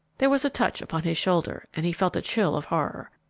there was a touch upon his shoulder, and he felt a chill of horror.